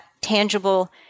tangible